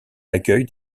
l’accueil